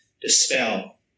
dispel